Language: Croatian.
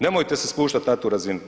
Nemojte se spuštati na tu razinu.